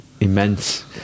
immense